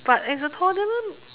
but as a toddler